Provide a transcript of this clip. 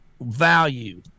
value